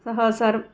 सः सर्